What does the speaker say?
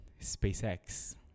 SpaceX